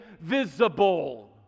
visible